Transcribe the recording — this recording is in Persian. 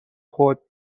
خود